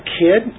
kid